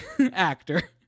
actor